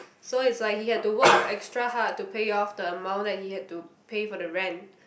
so it's like he had to work extra hard to pay off the amount that he had to pay for the rent